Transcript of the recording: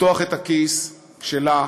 לפתוח את הכיס שלה,